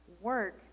work